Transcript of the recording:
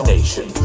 Nation